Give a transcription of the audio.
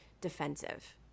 defensive